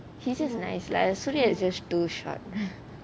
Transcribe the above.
he just nice lah sorry it's just too short